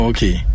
Okay